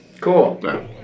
Cool